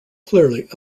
clearly